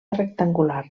rectangular